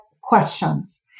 questions